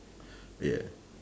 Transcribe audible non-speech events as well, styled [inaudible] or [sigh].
[breath] yeah